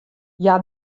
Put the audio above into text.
hja